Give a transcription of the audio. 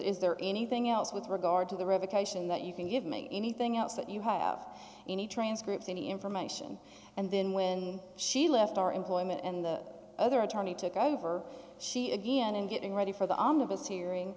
is there anything else with regard to the revocation that you can give me anything else that you have any transcripts any information and then when she left our employment and the other attorney took over she again in getting ready for the omnibus hearing